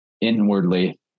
inwardly